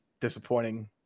disappointing